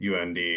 UND